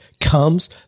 comes